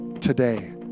today